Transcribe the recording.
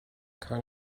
kind